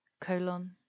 colon